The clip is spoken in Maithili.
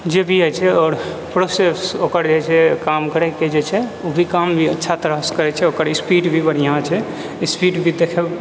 जेभी होइ छै आओर प्रोसेस ओकर जे होइ छै काम करै के जे छै ओ भी काम भी अच्छा तरहसँ करै छै ओकर स्पीड भी बढ़िआँ छै स्पीड भी देखै